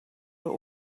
but